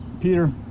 Peter